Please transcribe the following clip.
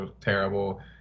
terrible